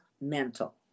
mental